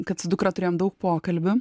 kad su dukra turėjom daug pokalbių